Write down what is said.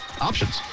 options